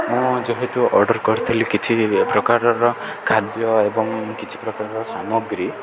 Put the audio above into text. ମୁଁ ଯେହେତୁ ଅର୍ଡ଼ର୍ କରିଥିଲି କିଛି ପ୍ରକାରର ଖାଦ୍ୟ ଏବଂ କିଛି ପ୍ରକାରର ସାମଗ୍ରୀ